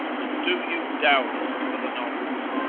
and do you dourest for the nonce!